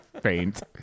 Faint